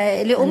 לאומי.